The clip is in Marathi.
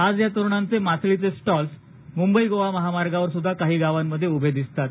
आज या तरुणांचे मासळीचे स्टॉल मुंबई गोवा महामार्गावर सुद्धा काही गावांमध्ये उभे दिसतात